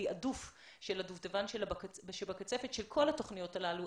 התעדוף של הדובדבן שבקצפת של כל התוכניות האלה,